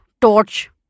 torch